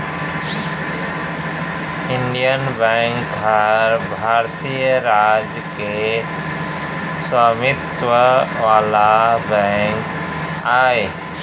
Indian bank ह भारतीय राज के स्वामित्व वाला बेंक आय